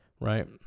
right